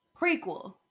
prequel